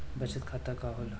बचत खाता का होला?